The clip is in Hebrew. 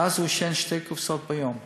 שתי קופסאות ביום.